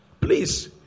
please